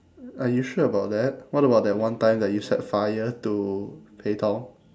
are you sure about that what about that one time that you set fire to pei tong